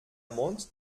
mond